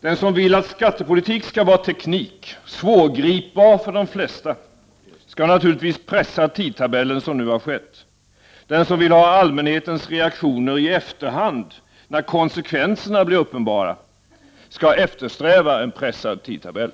Den som vill att skattepolitik skall vara teknik, svårgripbar för de flesta, skall naturligtvis pressa tidtabellen på det sätt som nu har skett. Den som vill ta del av allmänhetens reaktioner i efterhand, när konsekvenserna blir uppenbara, skall eftersträva en pressad tidtabell.